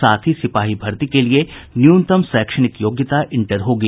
साथ ही सिपाही भर्ती के लिये न्यूनतम शैक्षणिक योग्यता इंटर होगी